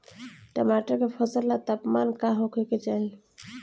टमाटर के फसल ला तापमान का होखे के चाही?